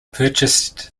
purchased